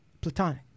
platonic